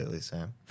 Sam